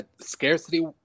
scarcity